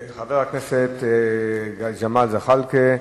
חבר הכנסת ג'מאל זחאלקה,